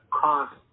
cost